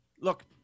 Look